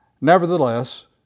Nevertheless